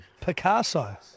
Picasso